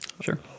Sure